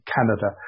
Canada